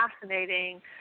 fascinating